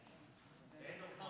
עמיתיי,